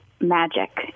magic